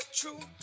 true